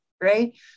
right